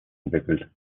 entwickelt